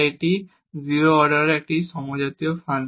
তাই এটি 0 অর্ডারের একটি সমজাতীয় ফাংশন